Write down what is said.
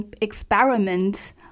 experiment